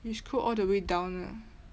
you scroll all the way down ah